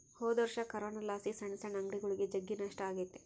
ಹೊದೊರ್ಷ ಕೊರೋನಲಾಸಿ ಸಣ್ ಸಣ್ ಅಂಗಡಿಗುಳಿಗೆ ಜಗ್ಗಿ ನಷ್ಟ ಆಗೆತೆ